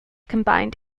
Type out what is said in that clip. combined